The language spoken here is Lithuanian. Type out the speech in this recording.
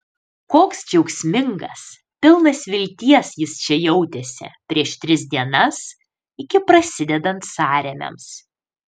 koks džiaugsmingas pilnas vilties jis čia jautėsi prieš tris dienas iki prasidedant sąrėmiams